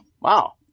Wow